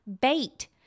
bait